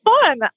fun